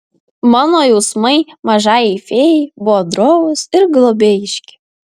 mano jausmai mažajai fėjai buvo drovūs ir globėjiški